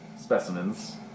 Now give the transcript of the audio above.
specimens